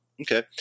Okay